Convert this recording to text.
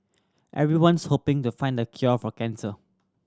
everyone's hoping to find the cure for cancer